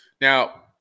Now